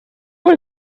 will